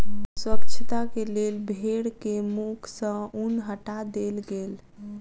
स्वच्छता के लेल भेड़ के मुख सॅ ऊन हटा देल गेल